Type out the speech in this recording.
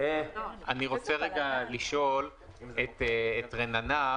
אני רוצה לשאול את רננה,